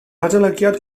adolygiad